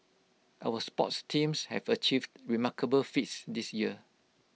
our sports teams have achieved remarkable feats this year